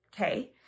okay